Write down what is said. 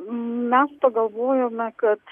mes pagalvojome kad